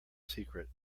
secret